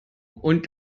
und